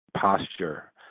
posture